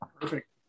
Perfect